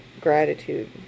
gratitude